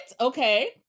Okay